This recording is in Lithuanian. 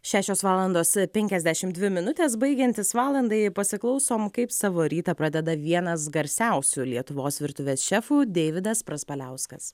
šešios valandos penkiasdešim dvi minutės baigiantis valandai pasiklausom kaip savo rytą pradeda vienas garsiausių lietuvos virtuvės šefų deivydas praspaliauskas